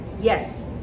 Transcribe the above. Yes